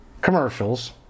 commercials